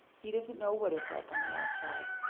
he doesn't know what it's like on the outside,